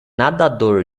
nadador